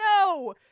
No